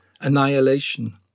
annihilation